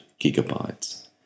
gigabytes